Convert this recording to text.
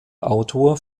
autor